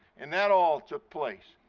and that all took place.